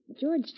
George